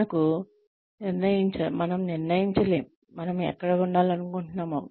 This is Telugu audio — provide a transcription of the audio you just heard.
మనం నిర్ణయించలేము మనం ఎక్కడ ఉండాలనుకుంటున్నామో